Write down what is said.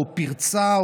או את הפרצה,